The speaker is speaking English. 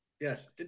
Yes